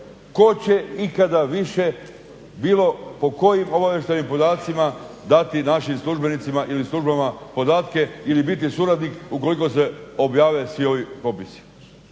Tko će ikada više bilo po kojim obavještajnim podacima dati našim službenicima ili službama podatke ili biti suradnik ukoliko se objave svi ovi popisi?